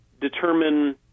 determine